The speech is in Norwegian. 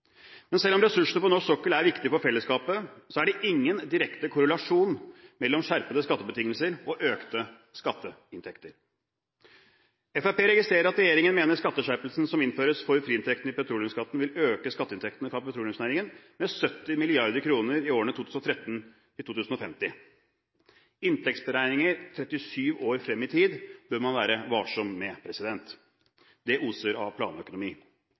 Men selv om ressursene på norsk sokkel er viktige for fellesskapet, er det ingen direkte korrelasjon mellom skjerpede skattebetingelser og økte skatteinntekter. Fremskrittspartiet registrerer at regjeringen mener at skatteskjerpelsen som innføres for friinntekten i petroleumsskatten, vil øke skatteinntektene fra petroleumsnæringen med 70 mrd. kr i årene 2013–2050. Inntektsberegninger 37 år frem i tid bør man være varsom med. Det oser av planøkonomi.